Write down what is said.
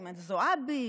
עם הזועבי,